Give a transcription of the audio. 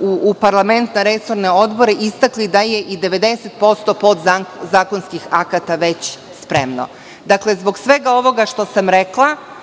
u parlament na resorne odbore, istakli da je 90% podzakonskih akata već spremno. Dakle, zbog svega ovoga što sam rekla,